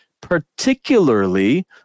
particularly